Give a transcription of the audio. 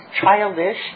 childish